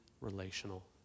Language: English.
relational